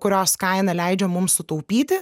kurios kaina leidžia mums sutaupyti